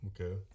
Okay